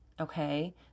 Okay